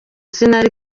sinari